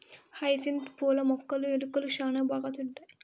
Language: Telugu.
హైసింత్ పూల మొక్కలును ఎలుకలు శ్యాన బాగా తింటాయి